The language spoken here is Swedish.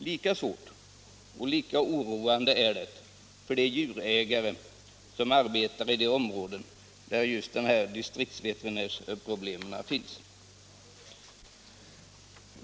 Lika svårt och lika oroande är det för de djurägare som arbetar i. de områden där distriktsveterinärsproblemen finns.